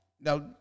Now